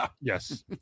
Yes